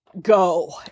go